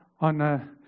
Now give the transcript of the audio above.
on